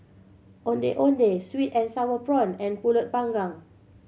Ondeh Ondeh sweet and sour prawn and Pulut Panggang